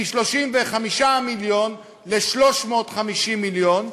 מ-35 מיליון ל-350 מיליון,